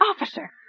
Officer